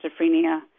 schizophrenia